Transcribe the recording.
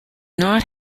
not